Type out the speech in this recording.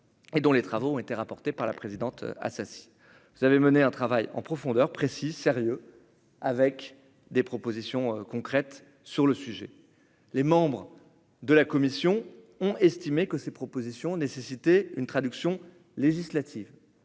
et dont les travaux ont été rapportés par la présidente, ah ça, si vous avez mené un travail en profondeur précise sérieux avec des propositions concrètes sur le sujet, les membres de la commission ont estimé que ces propositions nécessité une traduction législative,